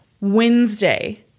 Wednesday